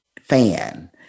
fan